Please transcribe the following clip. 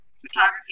Photography